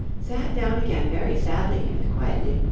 sat down again very sadly and quietly,